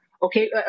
Okay